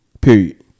Period